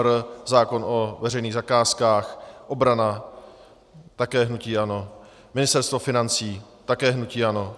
MMR zákon o veřejných zakázkách, obrana také hnutí ANO, Ministerstvo financí také hnutí ANO.